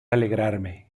alegrarme